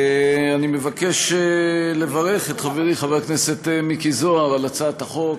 אני מבקש לברך את חברי חבר הכנסת מיקי זוהר על הצעת החוק.